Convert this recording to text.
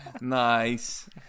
Nice